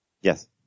Yes